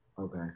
Okay